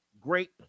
great